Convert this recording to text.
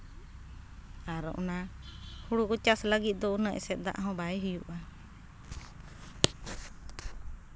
ᱟᱨ ᱚᱱᱟ ᱦᱩᱲᱩ ᱠᱚ ᱪᱟᱥ ᱞᱟᱹᱜᱤᱫ ᱫᱚ ᱩᱱᱟᱹᱜ ᱮᱥᱮᱫ ᱫᱟᱜ ᱦᱚᱸ ᱵᱟᱭ ᱦᱩᱭᱩᱜᱼᱟ